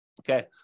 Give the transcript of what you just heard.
Okay